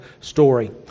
story